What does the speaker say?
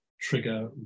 trigger